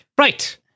Right